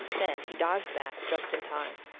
then he dodged back just in time.